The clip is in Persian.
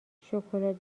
شکلات